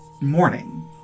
morning